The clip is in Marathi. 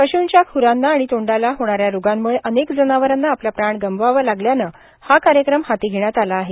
पशूंच्या ख्रांना आणि तोंडाला होणाऱ्या रोगांम्ळे अनेक जनावरांना आपला प्राण गमवावा लागल्यानं हा कार्यक्रम हाती घेण्यात आला आहे